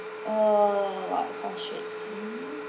err what frustrates me